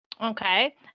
Okay